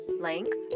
length